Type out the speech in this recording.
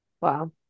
wow